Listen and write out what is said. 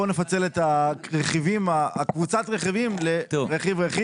בוא נפצל את קבוצת הרכיבים ונלך על רכיב-רכיב.